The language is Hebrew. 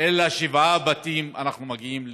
אלא שבעה בתים אנחנו מגיעים לסמן.